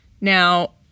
Now